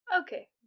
Okay